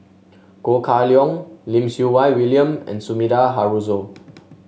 Ho Kah Leong Lim Siew Wai William and Sumida Haruzo